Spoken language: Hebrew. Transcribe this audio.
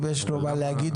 אם יש לו מה לומר,